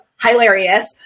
hilarious